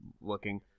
looking